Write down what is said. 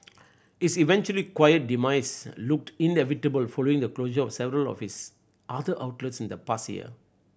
its eventual quiet demise looked inevitable following the closure of several of its other outlets in the past year